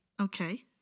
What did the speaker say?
Okay